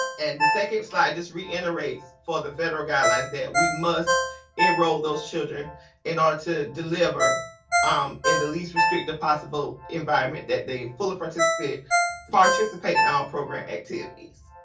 and the second slide just reiterates for the federal guidelines that we must enroll those children in order to deliver um in the least restrictive possible environment that they fully participate participate in our program activities.